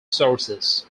sources